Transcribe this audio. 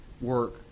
work